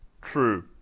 True